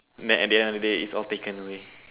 then at the end of the day it's all taken away